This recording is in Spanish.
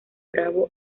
bravo